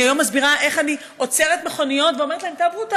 היום אני מסבירה איך אני עוצרת מכוניות ואומרת להם: תעברו,